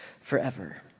forever